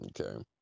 okay